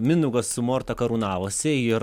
mindaugas su morta karūnavosi ir